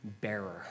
bearer